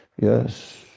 yes